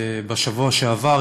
שאשא ביטון,